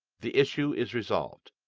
the issue is resolved.